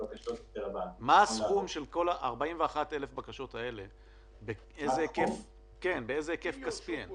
בקשות של אנשים שניגשו לקרן ולא קיבלו שום תגובה.